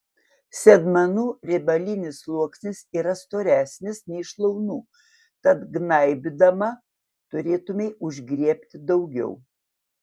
sėdmenų riebalinis sluoksnis yra storesnis nei šlaunų tad gnaibydama turėtumei užgriebti daugiau